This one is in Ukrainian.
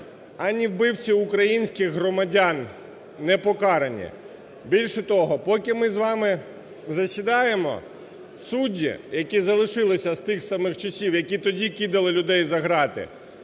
ані вбивці українських громадян не покарані. Більше того, поки ми з вами засідаємо, судді, які залишилися з тих самих часів, які тоді кидали людей за грати,